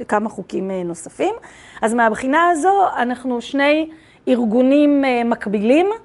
וכמה חוקים נוספים. אז מהבחינה הזו אנחנו שני ארגונים מקבילים.